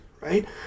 right